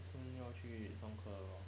soon 要去上课了 lor